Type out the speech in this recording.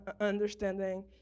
understanding